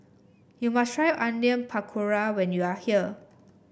you must try Onion Pakora when you are here